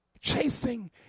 Chasing